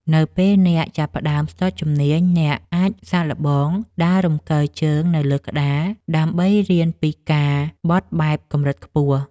នៅពេលអ្នកចាប់ផ្ដើមស្ទាត់ជំនាញ អ្នកអាចសាកល្បងដើររំកិលជើងនៅលើក្តារ ដើម្បីរៀនពីការបត់បែបកម្រិតខ្ពស់។